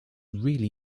really